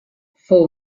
fou